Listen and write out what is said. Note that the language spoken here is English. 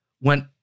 went